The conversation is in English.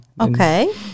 Okay